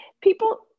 people